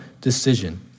decision